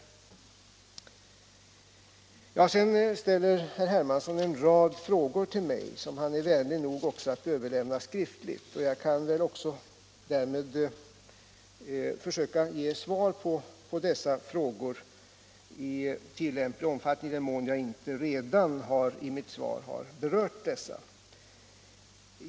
Herr Hermansson ställer en rad frågor till mig, och han är vänlig nog att också överlämna dem skriftligt. Jag kan väl därmed också försöka ge svar på dessa frågor i tillämplig omfattning, i den mån jag inte redan i mitt svar har berört dem.